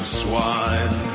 swine